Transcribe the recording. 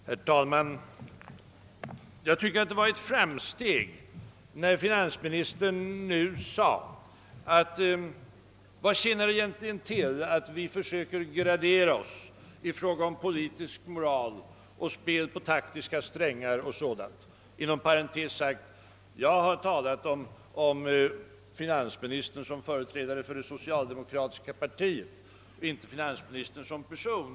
Herr talman! Vad finansministern nu sade tycker jag innebär ett framsteg. Han frågade nämligen: Vad tjänar det egentligen till att vi försöker gradera vår politiska moral och vår benägenhet att vara taktiska? Jag vill inom parentes säga, att jag talat om finansministern som företrädare för det socialdemokratiska partiet och inte om finansministern som person.